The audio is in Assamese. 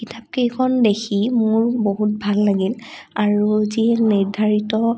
কিতাপকেইখন দেখি মোৰ বহুত ভাল লাগিল আৰু যি নিৰ্ধাৰিত